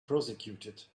prosecuted